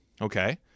Okay